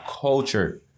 culture